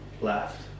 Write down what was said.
left